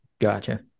Gotcha